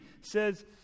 says